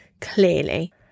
clearly